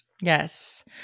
Yes